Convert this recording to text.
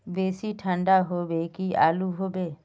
बेसी ठंडा होबे की आलू होबे